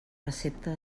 recepta